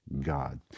God